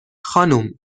خانم